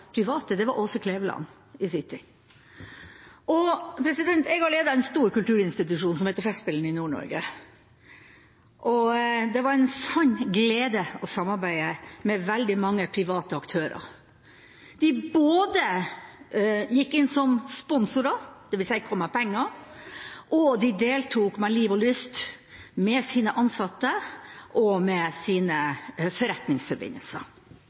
private, var Åse Kleveland i sin tid. Jeg har ledet en stor kulturinstitusjon som heter Festspillene i Nord-Norge. Det var en sann glede å samarbeide med veldig mange private aktører. De gikk inn både som sponsorer, dvs. kom med penger, og de deltok med liv og lyst med sine ansatte og med sine forretningsforbindelser.